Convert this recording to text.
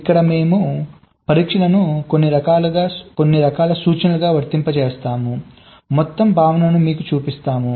ఇక్కడ మేము పరీక్షలను కొన్ని రకాల సూచనలుగా వర్తింపజేస్తాము మొత్తం భావనను మీకు చూపిస్తాము